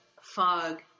fog